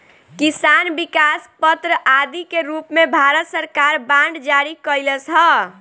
किसान विकास पत्र आदि के रूप में भारत सरकार बांड जारी कईलस ह